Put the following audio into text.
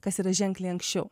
kas yra ženkliai anksčiau